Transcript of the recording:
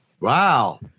Wow